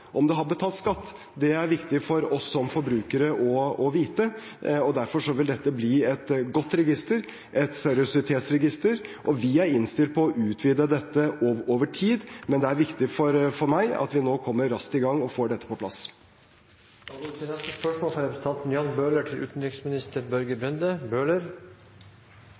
Om det har betalt skatt, er viktig for oss som forbrukere å vite. Derfor vil dette bli et godt register, et seriøsitetsregister, og vi er innstilt på å utvide dette over tid. Men det er viktig for meg at vi kommer raskt i gang og får dette på plass. Jeg tillater meg å stille følgende spørsmål